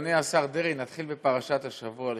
גברתי, כמובן גם אני מצטרף למברכים אותך